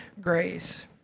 grace